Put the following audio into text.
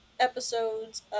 episodes